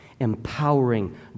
empowering